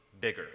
bigger